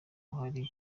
hari